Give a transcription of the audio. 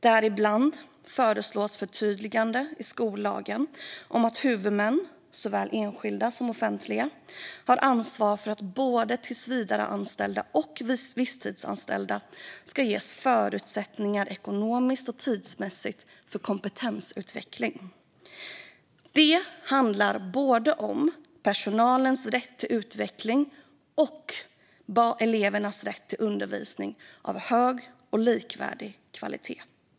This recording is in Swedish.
Bland annat föreslås förtydliganden i skollagen om att huvudmän, såväl enskilda som offentliga, har ansvar för att både tillsvidareanställda och visstidsanställda ska ges ekonomiska och tidsmässiga förutsättningar för kompetensutveckling. Det handlar om både personalens rätt till utveckling och elevernas rätt till undervisning av hög och likvärdig kvalitet.